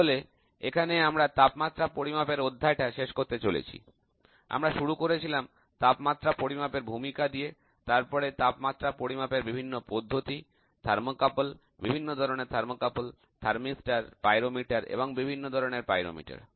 তাহলে এখানে আমরা তাপমাত্রা পরিমাপের অধ্যায় টা শেষ করতে চলেছি আমরা শুরু করেছিলাম তাপমাত্রা পরিমাপের ভূমিকা দিয়ে তারপরে তাপমাত্রা পরিমাপের বিভিন্ন পদ্ধতি থার্মোকাপল বিভিন্ন ধরনের থার্মোকাপল থার্মিস্টর পাইরোমিটার এবং বিভিন্ন ধরনের পাইরোমিটার